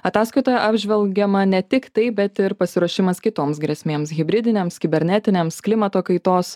ataskaitoje apžvelgiama ne tik tai bet ir pasiruošimas kitoms grėsmėms hibridiniams kibernetiniams klimato kaitos